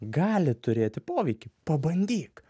gali turėti poveikį pabandyk